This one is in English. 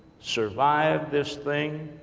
survived this thing,